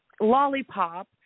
lollipop